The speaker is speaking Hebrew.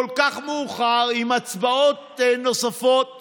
כל כך מאוחר עם הצבעות נוספות